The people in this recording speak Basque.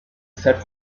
zer